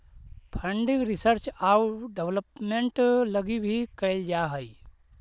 funding research आउ development लगी भी कैल जा हई